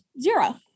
zero